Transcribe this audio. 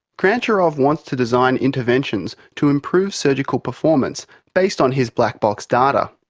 grantcharov wants to design interventions to improve surgical performance based on his black box data.